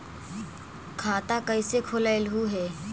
खाता कैसे खोलैलहू हे?